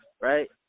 right